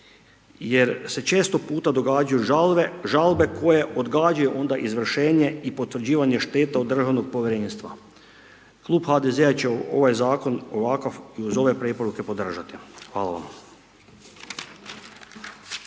jer se često puta događaju žalbe koje odgađaju onda izvršenje i potvrđivanje šteta od državnog povjerenstva. Klub HDZ-a će ovaj zakon, ovakav i uz ove preporuke podržati. Hvala vam.